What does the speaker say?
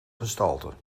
gestalte